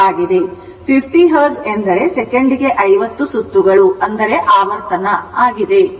50 Hertz ಎಂದರೆ ಸೆಕೆಂಡಿಗೆ 50 ಸುತ್ತುಗಳು ಅಂದರೆ ಆವರ್ತನ ಆಗಿದೆ